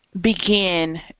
begin